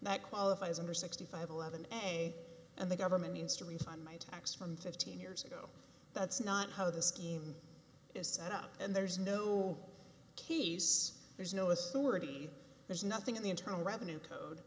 that qualifies under sixty five eleven a and the government needs to resign my tax from fifteen years ago that's not how the scheme is set up and there's no case there's no authority there's nothing in the internal revenue code